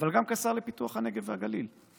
אבל גם כשר לפיתוח הנגב והגליל.